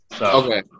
Okay